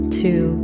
two